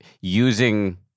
using